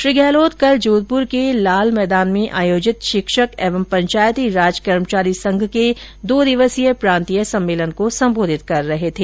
श्री गहलोत कल जोधपुर के लाल मैदान में आयोजित शिक्षक एवं पंचायती राज कर्मचारी संघ के दो दिवसीय प्रांतीय सम्मेलन को संबोधित कर रहे थे